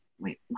wait